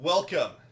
Welcome